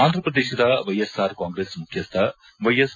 ಆಂಧ್ರ ಪ್ರದೇಶದ ವೈಎಸ್ಆರ್ ಕಾಂಗ್ರೆಸ್ ಮುಖ್ಯಸ್ಟ ವೈಎಸ್